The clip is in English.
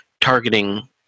Targeting